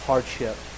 hardship